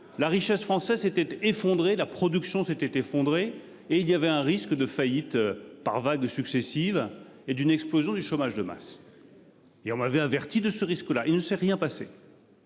la richesse français s'était effondré la production s'était effondré et il y avait un risque de faillite par vagues successives et d'une explosion du chômage de masse. Et on m'avait averti de ce risque là, il ne s'est rien passé.--